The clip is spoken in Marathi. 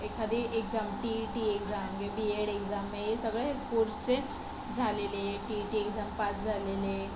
एखादी exam T E T exam B Ed exam हे सगळे कोर्सेस झालेले T E T exam pass झालेले